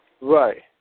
Right